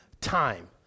time